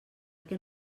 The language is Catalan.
què